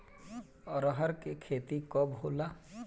अरहर के खेती कब होला?